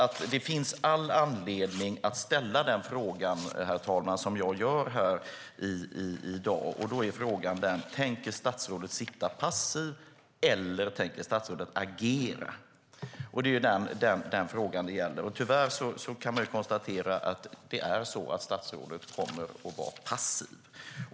Därför finns det all anledning att fråga det jag gör: Tänker statsrådet sitta passiv, eller tänker statsrådet agera? Jag kan tyvärr konstatera att statsrådet kommer att vara passiv.